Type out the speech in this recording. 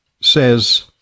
says